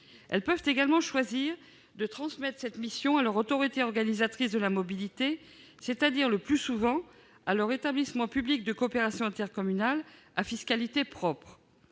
Elles peuvent également choisir de transmettre cette mission à leur autorité organisatrice de la mobilité, c'est-à-dire, le plus souvent, à leur établissement public de coopération intercommunale, ou EPCI, à fiscalité propre.